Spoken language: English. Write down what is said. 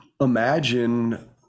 imagine